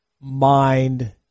mind